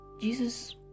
jesus